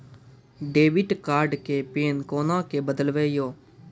Debit card के PIN कोना के बदलबै यो?